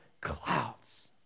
clouds